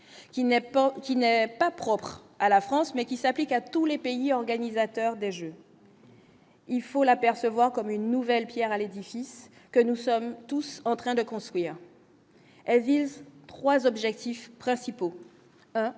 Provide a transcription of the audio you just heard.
qui n'est pas propre à la France mais qui s'applique à tous les pays organisateurs des Jeux. Il faut la percevoir comme une nouvelle Pierre à l'édifice que nous sommes tous en train de construire, elle vise 3 objectifs principaux